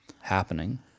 happening